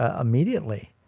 immediately